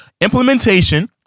Implementation